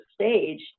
stage